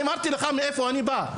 אני אמרתי לך מאיפה אני בא.